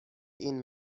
این